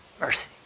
mercy